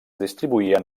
distribuïen